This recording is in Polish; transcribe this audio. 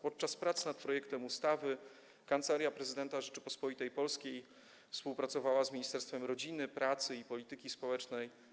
Podczas prac nad projektem ustawy Kancelaria Prezydenta Rzeczypospolitej Polskiej współpracowała z Ministerstwem Rodziny, Pracy i Polityki Społecznej.